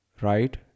right